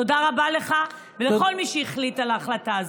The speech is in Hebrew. תודה רבה לך ולכל מי שהחליט את ההחלטה הזו.